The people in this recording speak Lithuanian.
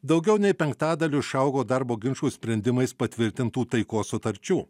daugiau nei penktadaliu išaugo darbo ginčų sprendimais patvirtintų taikos sutarčių